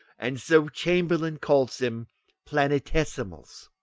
and so chamberlain calls them planetismals.